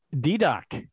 D-Doc